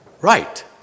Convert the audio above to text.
Right